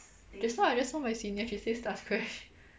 just now I just saw my senior she said stars crash